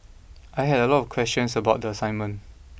I had a lot of questions about the assignment